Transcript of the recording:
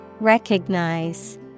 Recognize